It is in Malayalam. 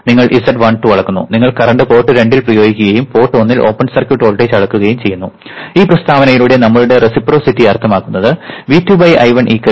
നിങ്ങൾ z12 അളക്കുന്നു നിങ്ങൾ കറന്റ് പോർട്ട് രണ്ടിൽ പ്രയോഗിക്കുകയും പോർട്ട് ഒന്നിൽ ഓപ്പൺ സർക്യൂട്ട് വോൾട്ടേജ് അളക്കുകയും ചെയ്യുന്നു ഈ പ്രസ്താവനയിലൂടെ നമ്മളുടെ റെസിപ്രൊസിറ്റി അർത്ഥമാക്കുന്നത് V2 I1 V1 hat I2 hat എന്നാണ്